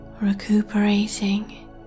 recuperating